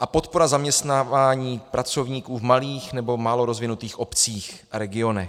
a podpora zaměstnávání pracovníků v malých nebo málo rozvinutých obcích a regionech.